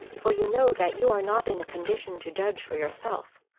for you know that you are not in a condition to judge for yourself,